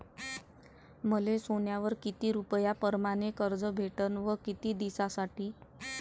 मले सोन्यावर किती रुपया परमाने कर्ज भेटन व किती दिसासाठी?